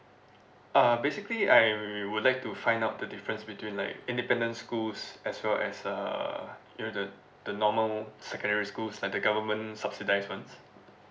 uh basically I would like to find out the difference between like independent schools as well as err you know the the normal secondary schools like the government subsidized ones